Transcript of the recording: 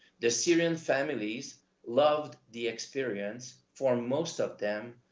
the syrian families loved the experience. for most of them,